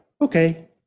okay